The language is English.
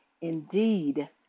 indeed